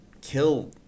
kill